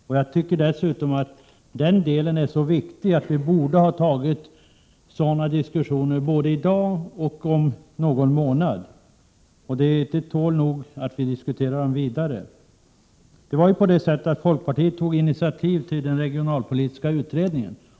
Dessutom tycker jag att den delen är så viktig att vi borde diskutera den både i dag och om någon månad. Folkpartiet tog initiativet till den regionalpolitiska utredningen.